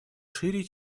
шире